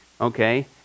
Okay